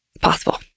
possible